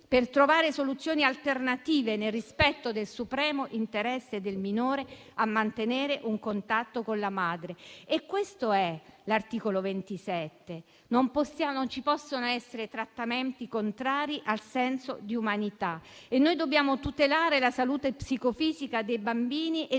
per trovare soluzioni alternative nel rispetto del supremo interesse del minore a mantenere un contatto con la madre. Questo è l'articolo 27 della Costituzione: non ci possono essere trattamenti contrari al senso di umanità. Dobbiamo tutelare la salute psicofisica dei bambini e